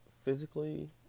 physically